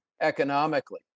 economically